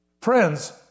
Friends